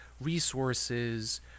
resources